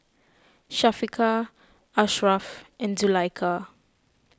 Syafiqah Ashraf and Zulaikha